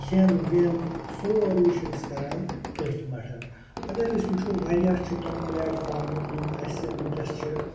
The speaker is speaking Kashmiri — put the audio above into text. کھٮ۪ن وٮ۪ن سورُے چھِ أسی کَران أتھۍ پٮ۪ٹھ اگر أسۍ وٕچھو وارِیاہ چھِ تِم پلیٹ فارمہٕ یِم اَسہِ وٕنکٮ۪س چھِ